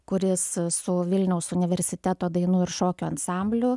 kuris su vilniaus universiteto dainų ir šokių ansambliu